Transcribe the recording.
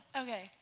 okay